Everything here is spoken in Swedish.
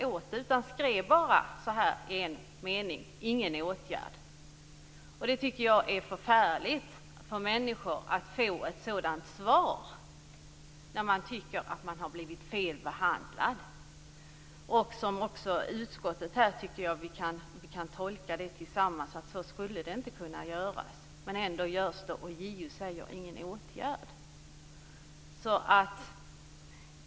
Man skrev bara: ingen åtgärd. Jag tycker att det är förfärligt att människor får ett sådant svar när de tycker att de har blivit fel behandlade. Vi i utskottet borde tillsammans kunna tolka det som att man inte kan göra så här. Men det görs ändå, och JO säger: ingen åtgärd.